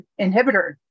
inhibitor